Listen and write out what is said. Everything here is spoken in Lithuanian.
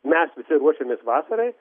mes visi ruošiamės vasarai